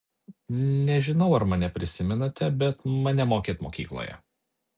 nežinau ar mane prisimenate bet mane mokėt mokykloje